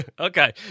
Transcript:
Okay